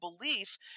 belief